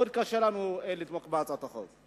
מאוד קשה לנו לתמוך בהצעת החוק.